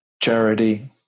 charity